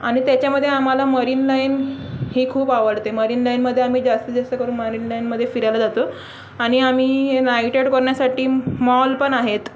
आणि त्याच्यामध्ये आम्हाला मरीन लाईनही खूप आवडते मरीन लाईनमध्ये आम्ही जास्तीत जास्त करून मरीनलाईनमध्ये फिरायला जातो आणि आम्ही नाईटआऊट करण्यासाठी मॉल पण आहेत